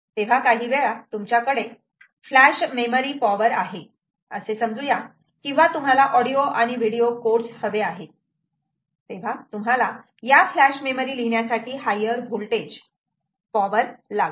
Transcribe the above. तेव्हा काही वेळा तुमच्याकडे फ्लॅश मेमरी पॉवर आहे असे समजू या किंवा तुम्हाला ऑडिओ आणि व्हिडिओ कोड्स हवे आहे तेव्हा तुम्हाला या फ्लॅश मेमरी लिहिण्यासाठी हायर होल्टेज पॉवर लागते